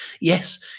Yes